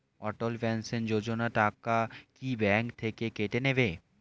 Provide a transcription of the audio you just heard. অটল pension যোজনা টাকা কি ব্যাংক থেকে কেটে নেবে?